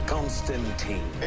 Constantine